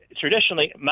Traditionally